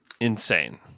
insane